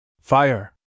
Fire